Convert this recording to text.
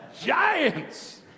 Giants